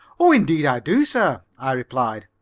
oh, indeed i do, sir, i replied.